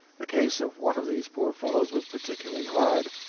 the case of one of these poor fellows was particularly hard.